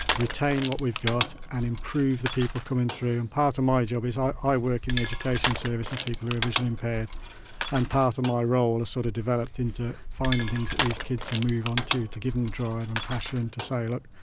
retain what we've got and improve the people coming through. and part of my job is i work in the education service with people who are visually impaired and part of my role has sort of developed into finding things that these kids can move on to, to give them the drive and passion and to say look,